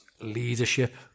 Leadership